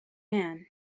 man